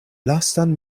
lastan